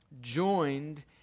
joined